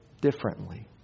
differently